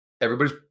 Everybody's